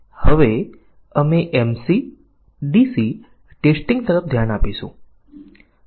આપણે હજી સુધી કેટલીક બ્લેક બોક્સ પરીક્ષણ તકનીકો પર ધ્યાન આપ્યું છે